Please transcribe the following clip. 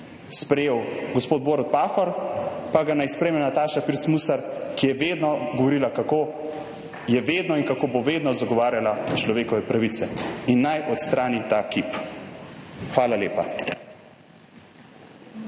zmogel gospod Borut Pahor, pa naj ga zmore Nataša Pirc Musar, ki je vedno govorila, kako je vedno in kako bo vedno zagovarjala človekove pravice, in naj odstrani ta kip. Hvala lepa.